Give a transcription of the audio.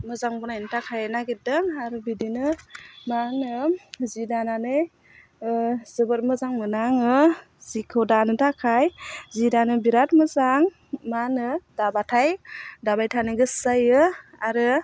मोजां बनायनो थाखाय नागिरदों आरो बिदिनो मा होनो जि दानानै ओह जोबोर मोजां मोनो आङो जिखौ दानो थाखाय जि दानो बिराद मोजां माहोनो दाबाथाइ दाबाय थानो गोसो जायो आरो